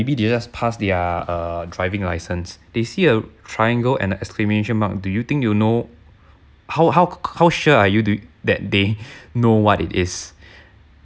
maybe they just pass their uh driving license they see a triangle and the exclamation mark do you think you know how how how sure are you do you think that they know what it is